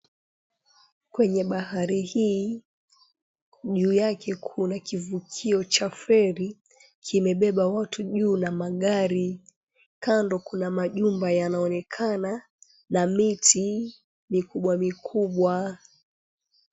Kwenye bahari hii juu yake kuna kivukio cha feri kimebeba watu juu na magari. Kando kuna majumba yanaonekana na miti mikubwa mikubwa.